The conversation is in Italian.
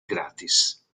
gratis